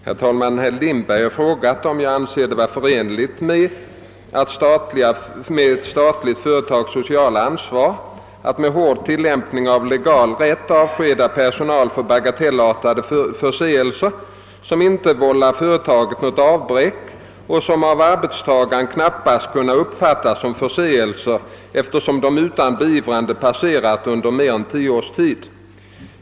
Herr talman! Herr Lindberg har frågat om jag anser det vara förenligt med ett statligt företags sociala ansvar att med hård tillämpning av legal rätt avskeda personal för bagatellartade förseelser, som inte vållar företaget något avbräck och som av arbetstagaren knappast kunnat uppfattas som förseelser, eftersom de utan beivrande passerat under mer än tio års tid.